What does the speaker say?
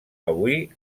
avui